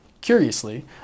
Curiously